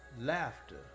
laughter